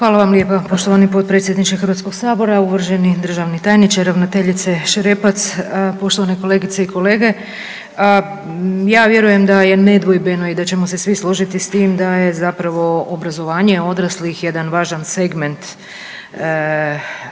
Hvala vam lijepo poštovani potpredsjedniče Hrvatskoga sabora. Uvaženi državni tajniče, ravnateljice Šerepac, poštovane kolegice i kolege. Ja vjerujem da je nedvojbeno i da ćemo se svi složiti s tim da je zapravo obrazovanje odraslih jedan važan segment